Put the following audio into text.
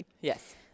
Yes